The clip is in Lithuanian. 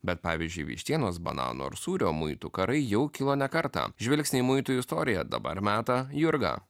bet pavyzdžiui vištienos bananų ar sūrio muitų karai jau kilo ne kartą žvilgsnį į muitų istoriją dabar meta jurga